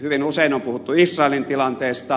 hyvin usein on puhuttu israelin tilanteesta